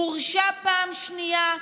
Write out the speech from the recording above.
הורשע פעם שנייה,